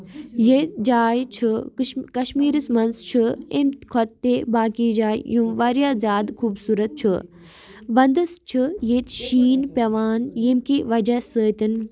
یٔتۍ جاے چھُ کَشمیٖرس منٛز چھُ اَمہِ کھۄتہٕ تہِ باقٕے جایہِ یِم واریاہ زیادٕ خوٗبصوٗرت چھُ وَندس چھُ ییٚتہِ شیٖن پیٚوان ییٚمہِ کہِ وجہہ سۭتۍ